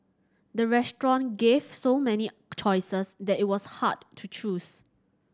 the restaurant gave so many choices that it was hard to choose